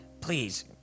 Please